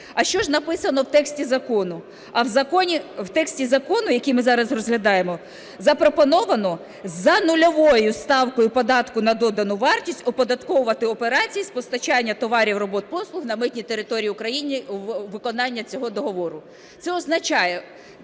А що ж написано в тексті закону? А в законі, в тексті закону, який ми зараз розглядаємо, запропоновано за нульовою ставкою податку на додану вартість оподатковувати операції з постачання товарів, робіт, послуг на митній території України у виконання цього договору. Це означає…